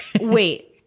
wait